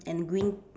and green